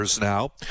Now